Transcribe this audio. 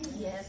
Yes